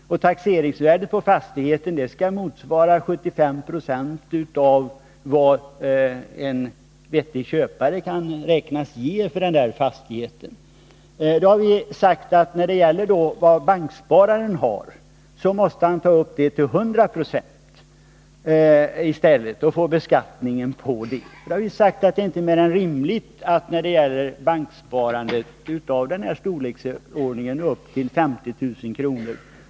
Och taxeringsvärdet på en fastighet skall motsvara 75 76 av vad en vettig köpare kan beräknas ge för fastigheten. Bankspararen däremot måste ta upp sin förmögenhet till 100 96 och får hela det beloppet beskattat. Det är då ett rättvisekrav att vi i förmögenhetshänseende behandlar banksparande upp till 50 000 kr.